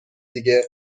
دیگه